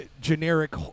generic